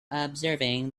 observing